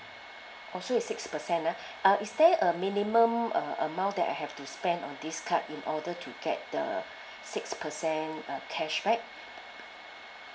oh so is six percent ah uh is there a minimum uh amount that I have to spend on this card in order to get the six percent uh cashback